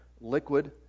liquid